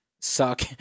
suck